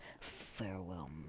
farewell